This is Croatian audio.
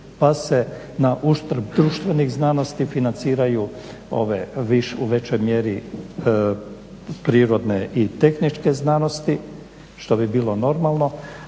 Pa se na uštrb društvenih znanosti financiraju ove u većoj mjeri prirodne i tehničke znanosti što bi bilo normalno.